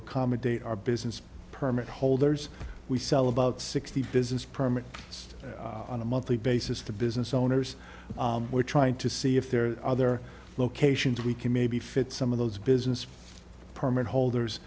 accommodate our business permit holders we sell about sixty business permit it's on a monthly basis to business owners we're trying to see if there are other locations we can maybe fit some of those business permit holders